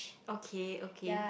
okay okay